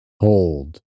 hold